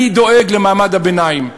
אני דואג למעמד הביניים.